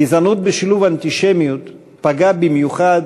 גזענות בשילוב אנטישמיות פגעה במיוחד,